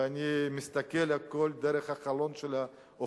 ואני מסתכל על הכול דרך החלון של אופקים.